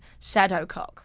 Shadowcock